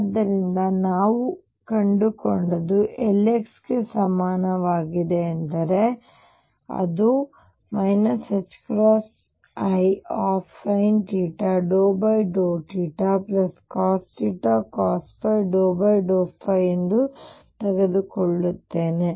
ಆದ್ದರಿಂದ ನಾವು ಕಂಡುಕೊಂಡದ್ದು Lx ಗೆ ಸಮನಾಗಿದೆ ಎಂದರೆ ನಾನು isinθ∂θcotθcosϕ∂ϕ ತೆಗೆದುಕೊಳ್ಳುತ್ತೇನೆ